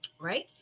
Right